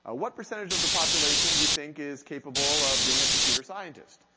ah what percentage of the population do you think is capable of being a computer scientist?